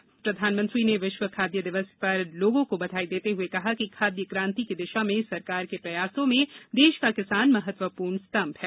इस अवसर पर प्रधानमंत्री ने विश्व खाद्य दिवस के अवसर पर लोगों को बधाई देते हुए कहा कि खाद्य क्रान्ति की दिशा में सरकार के प्रयासों में देश का किसान महत्वपूर्ण स्तम्भ है